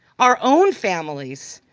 our own families,